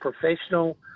professional